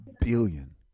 billion